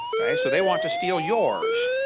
so they want to steal yours.